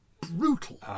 brutal